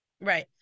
Right